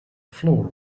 floor